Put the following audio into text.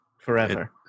forever